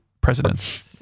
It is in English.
presidents